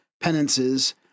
penances